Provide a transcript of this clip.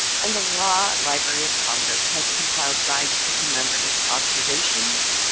and the law library of congress has compiled guides to commemorative observations,